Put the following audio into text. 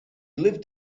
lived